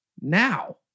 Now